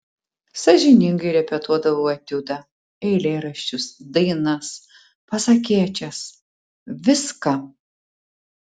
sąžiningai repetuodavau etiudą eilėraščius dainas pasakėčias viską